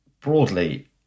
broadly